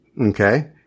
Okay